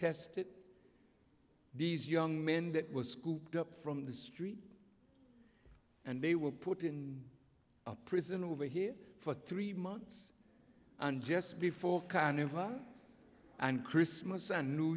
tested these young men that was scooped up from the street and they were put in a prison over here for three months and just before canada and christmas and new